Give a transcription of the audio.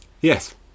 Yes